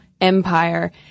empire